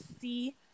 see